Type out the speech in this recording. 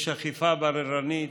יש אכיפה בררנית,